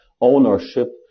ownership